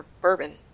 bourbon